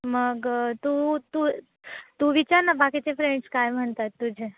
मग तू तू तू विचार न बाकीचे फ्रेंड्स काय म्हणतात तुझे